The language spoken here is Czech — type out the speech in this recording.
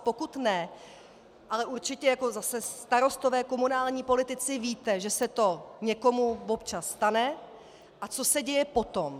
Pokud ne, ale určitě jako zase starostové a komunální politici víte, že se to někomu občas stane, a co se děje potom?